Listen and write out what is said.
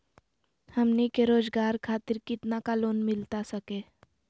हमनी के रोगजागर खातिर कितना का लोन मिलता सके?